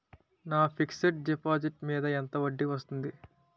నా fixed deposit మీద ఎంత వడ్డీ వస్తుంది?